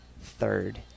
third